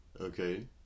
Okay